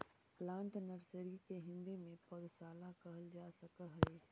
plant nursery के हिंदी में पौधशाला कहल जा सकऽ हइ